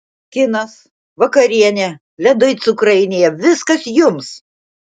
kinas vakarienė ledai cukrainėje viskas jums